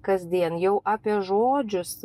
kasdien jau apie žodžius